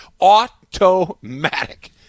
Automatic